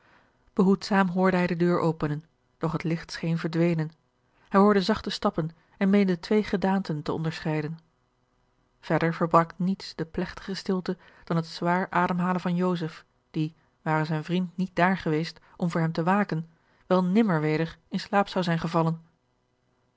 behoedzaam hoorde hij de deur openen doch het licht scheen verdwenen hij hoorde zacht stappen en meende twee gedaanten te onderscheiden verder verbrak niets de plegtige stilte dan het zwaar ademhalen van joseph die ware zijn vriend niet daar geweest om voor hem te waken wel nimmer weder in slaap zou zijn gevallen